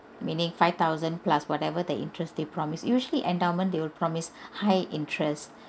meaning five thousand plus whatever the interest they promise usually endowment they will promise high interest